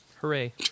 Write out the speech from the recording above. hooray